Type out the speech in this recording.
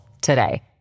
today